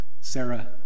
Sarah